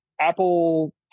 apple